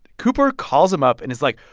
cooper calls him up and is like,